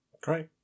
Great